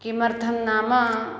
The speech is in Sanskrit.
किमर्थं नाम